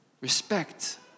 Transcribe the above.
respect